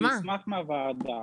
אני אשמח שהוועדה